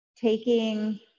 Taking